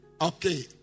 Okay